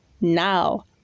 now